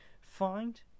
Find